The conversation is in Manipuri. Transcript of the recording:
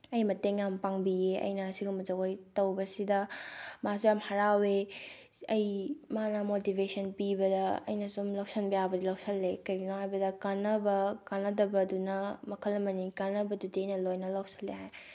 ꯑꯩ ꯃꯇꯦꯡ ꯌꯥꯝ ꯄꯥꯡꯕꯤꯑꯦ ꯑꯩꯅ ꯁꯤꯒꯨꯝꯕ ꯖꯒꯣꯏ ꯇꯧꯕꯁꯤꯗ ꯃꯥꯁꯨ ꯌꯥꯝ ꯍꯔꯥꯎꯑꯦ ꯑꯩ ꯃꯥꯅ ꯃꯣꯇꯤꯚꯦꯁꯟ ꯄꯤꯕꯗ ꯑꯩꯅ ꯁꯨꯝ ꯂꯧꯁꯤꯟꯕ ꯌꯥꯕꯗꯤ ꯂꯧꯁꯤꯜꯂꯦ ꯀꯩꯒꯤꯅꯣ ꯍꯥꯏꯕꯗꯤ ꯀꯥꯟꯅꯕ ꯀꯥꯟꯅꯗꯕꯗꯨꯅ ꯃꯈꯜ ꯑꯃꯅꯤ ꯀꯥꯟꯅꯕꯗꯨꯗꯤ ꯑꯩꯅ ꯂꯣꯏꯅ ꯂꯧꯁꯤꯜꯂꯦ